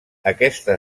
aquesta